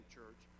church